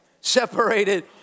separated